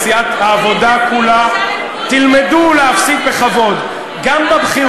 פתאום הפכו את מנחם בגין,